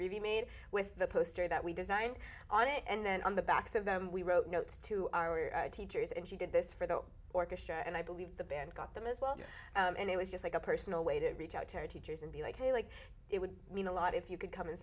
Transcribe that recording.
review made with the poster that we designed on it and then on the backs of them we wrote notes to our teachers and she did this for the orchestra and i believe the band got them as well and it was just like a personal way to reach out tara teachers and be like hey like it would mean a lot if you could come and